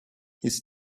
his